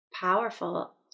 powerful